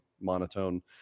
monotone